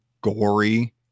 gory